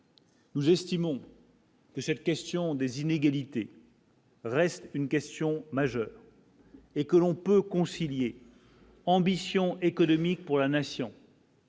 Nous estimons. Et cette question des inégalités. Reste une question majeure. Et que l'on peut concilier ambition économique pour la nation.